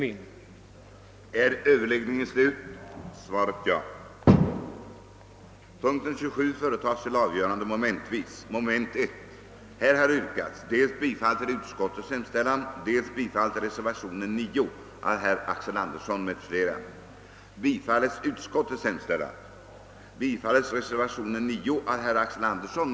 a) utredning med deltagande av behandlingsexpertis om fångvårdsanstalters lämpliga storlek och utformning samt ait Kumlaanstalten, som ett led i detta utredningsarbete, försåges med den personal som inginge i de ursprungliga planerna för anstalten, b) utredning om frekvensen av s.k. skärningar vid olika anstalter samt om orsakerna till dessa och åtgärder för att motverka dem.